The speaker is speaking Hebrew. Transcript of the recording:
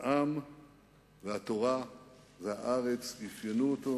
העם והתורה והארץ אפיינו אותו,